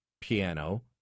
piano